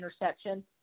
interception